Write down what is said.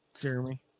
Jeremy